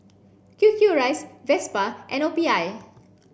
Q Q rice Vespa and O P I